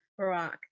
Barack